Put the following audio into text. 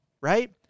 right